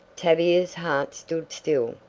tavia's heart stood still.